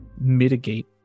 mitigate